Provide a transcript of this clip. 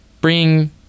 bring